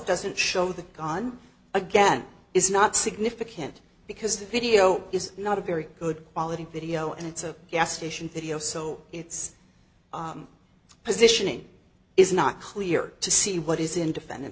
doesn't show the gun again is not significant because the video is not a very good quality video and it's a gas station video so it's positioning is not clear to see what is in defendant